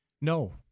No